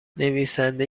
نویسنده